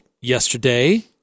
yesterday